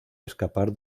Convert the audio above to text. escapar